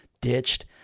ditched